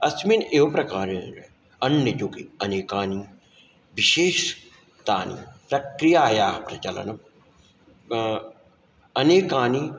अस्मिन् एव् प्रकारणेन अन्ययुग् अनेकानि विशेष् तानि प्रत्यायाः प्रचलनं अनेकानि